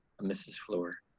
mrs flour.